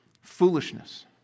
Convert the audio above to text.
Foolishness